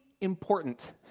important